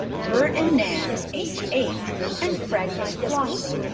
bert and nan, age eight, and freddie and flossie,